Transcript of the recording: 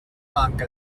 manca